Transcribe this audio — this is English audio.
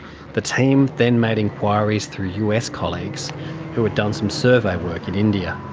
the team then made enquiries through us colleagues who had done some survey work in india.